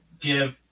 give